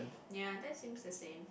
ya that seems the same